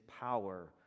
power